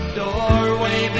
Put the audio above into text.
doorway